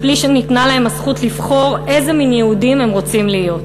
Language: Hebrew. בלי שניתנה להם הזכות לבחור איזה מין יהודים הם רוצים להיות.